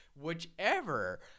whichever